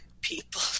people